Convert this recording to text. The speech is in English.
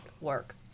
work